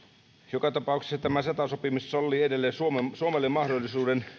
joka tapauksessa tämä ceta sopimus sallii edelleen suomelle mahdollisuuden